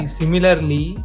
similarly